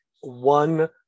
one